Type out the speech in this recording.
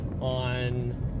on